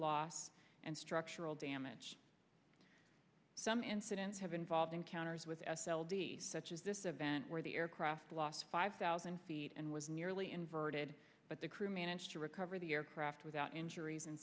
loss and structural damage some incidents have involved encounters with s l d such as this event where the aircraft lost five thousand feet and was nearly inverted but the crew managed to recover the aircraft without injuries and